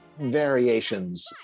variations